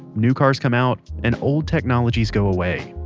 new cars come out, and old technologies go away.